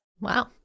Wow